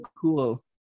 cool